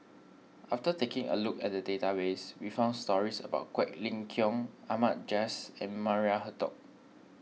after taking a look at the database we found stories about Quek Ling Kiong Ahmad Jais and Maria Hertogh